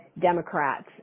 Democrats